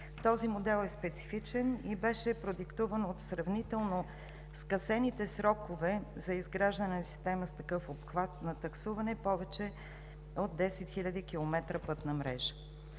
Този модел е специфичен и беше продиктуван от сравнително скъсените срокове за изграждане на система с такъв обхват на таксуване – повече от 10 хил. км пътна мрежа.